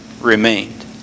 remained